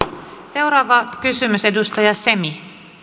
seuraava kysymys edustaja semi